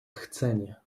chcenie